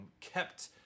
kept